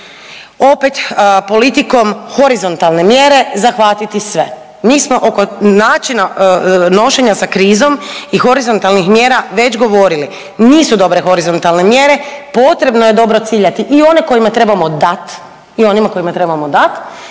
opet politikom horizontalne mjere zahvatiti sve. Mi smo oko načina nošenja sa krizom i horizontalnih mjera već govorili, nisu dobre horizontalne mjere, potrebno je dobro ciljati i one kojima trebamo dat